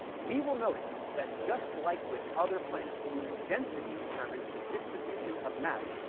we will notice that just like with other planets, density determines the distribution of matter,